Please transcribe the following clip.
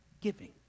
giving